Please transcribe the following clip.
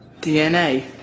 DNA